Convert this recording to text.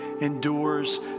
endures